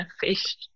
fish